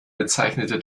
bezeichnete